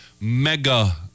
mega